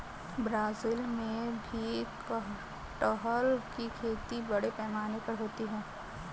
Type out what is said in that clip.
Brazil में भी कटहल की खेती बड़े पैमाने पर होती है